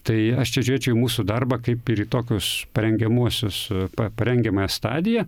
tai aš čia žiūrėčiau į mūsų darbą kaip ir į tokius parengiamuosius pa parengiamąją stadiją